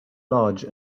large